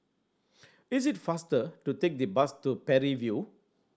it is faster to take the bus to Parry View